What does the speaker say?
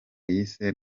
yise